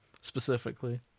specifically